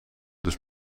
dus